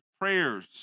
prayers